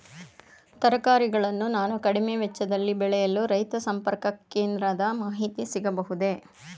ತರಕಾರಿಗಳನ್ನು ನಾನು ಕಡಿಮೆ ವೆಚ್ಚದಲ್ಲಿ ಬೆಳೆಯಲು ರೈತ ಸಂಪರ್ಕ ಕೇಂದ್ರದ ಮಾಹಿತಿ ಸಿಗಬಹುದೇ?